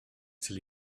till